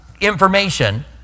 information